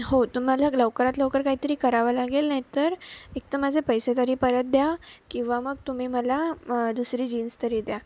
हो तुम्हाला लवकरात लवकर काहीतरी करावं लागेल नाहीतर एकतर माझे पैसे तरी परत द्या किंवा मग तुम्ही मला दुसरी जीन्स तरी द्या